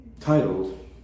titled